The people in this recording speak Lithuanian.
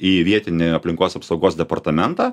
į vietinį aplinkos apsaugos departamentą